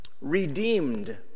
redeemed